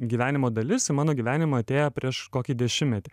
gyvenimo dalis į mano gyvenimą atėjo prieš kokį dešimtmetį